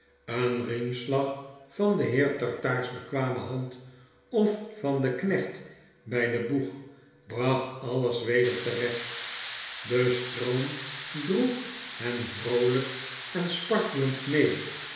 een riemslag van den heer tartaar's bekwame hand of van den knecht by den boeg bracht alles weder terecht de stroom droeg hen vroolyk en spartelend mee